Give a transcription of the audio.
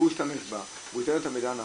ישתמש בה והיא תיתן את המידע הנכון,